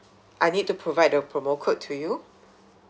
I need to provide the promo code to you